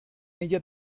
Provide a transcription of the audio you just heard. ella